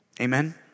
Amen